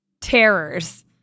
terrors